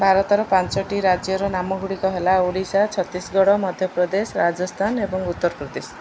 ଭାରତର ପାଞ୍ଚଟି ରାଜ୍ୟର ନାମ ଗୁଡ଼ିକ ହେଲା ଓଡ଼ିଶା ଛତିଶଗଡ଼ ମଧ୍ୟପ୍ରଦେଶ ରାଜସ୍ଥାନ ଏବଂ ଉତ୍ତରପ୍ରଦେଶ